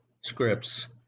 scripts